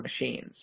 machines